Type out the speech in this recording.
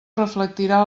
reflectirà